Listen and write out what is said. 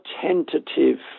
tentative